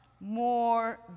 more